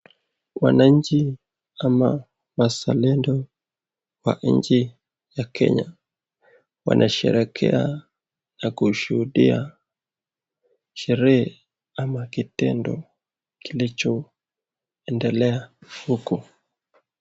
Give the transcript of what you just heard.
Mwananchi ama wazalendo wa nchi ya kenya wanasherehekea na kushuhudia sherehe ama kitendo kilichoendelea huko.